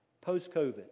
Post-COVID